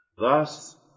Thus